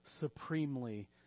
supremely